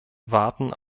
warten